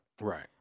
Right